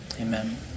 Amen